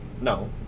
No